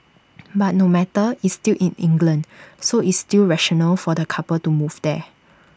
but no matter it's still in England so it's still rational for the couple to move there